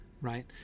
right